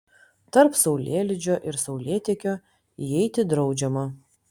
tarp saulėlydžio ir saulėtekio įeiti draudžiama